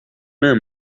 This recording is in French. main